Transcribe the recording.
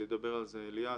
ידבר על זה אליעז.